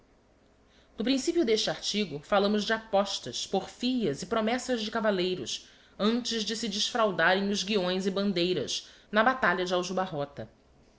no principio d'este artigo fallamos de apostas porfias e promessas de cavalleiros antes de se desfraldarem os guiões e bandeiras na batalha de